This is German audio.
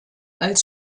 als